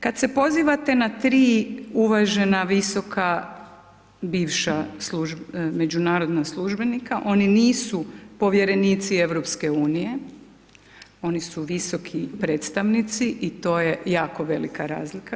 Kada se pozivate na 3 uvažena visoka bivša, međunarodna službenika, oni nisu povjerenici EU, oni su visoki predstavnici i to je jako velika razlika.